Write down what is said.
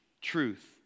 truth